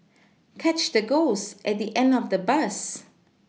catch the ghost at the end of the bus